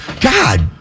God